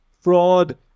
fraud